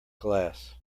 glass